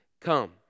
Come